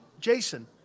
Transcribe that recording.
Jason